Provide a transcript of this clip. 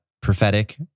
prophetic